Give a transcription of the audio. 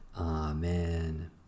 Amen